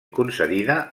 concedida